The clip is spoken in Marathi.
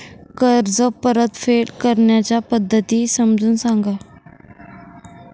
कर्ज परतफेड करण्याच्या पद्धती समजून सांगा